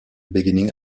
beginning